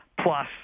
plus